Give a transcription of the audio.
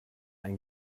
ein